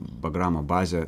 bagramo bazę